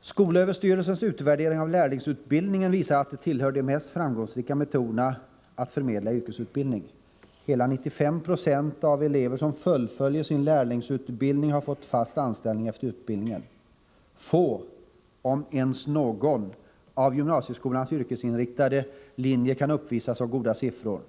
Skolöverstyrelsens utvärdering av lärlingsutbildningen visar att denna tillhör de mest framgångsrika metoderna att förmedla yrkesutbildning. Hela 95 96 av de elever som fullföljer sin lärlingsutbildning har fått fast anställning efter utbildningen. Få, om ens någon, av gymnasieskolans yrkesinriktade linjer kan uppvisa så goda siffror.